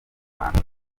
rwanda